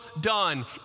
done